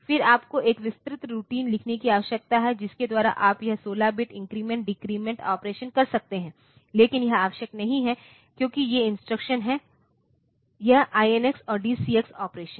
फिर आपको एक विस्तृत रूटीन लिखने की आवश्यकता है जिसके द्वारा आप यह 16 बिट इन्क्रीमेंट डिक्रीमेन्ट ऑपरेशन कर सकते हैं लेकिन यह आवश्यक नहीं है क्योंकि ये इंस्ट्रक्शन हैं यह INX और DCX ऑपरेशन